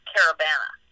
Caravana